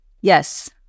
Yes